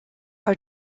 are